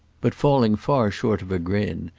but falling far short of a grin,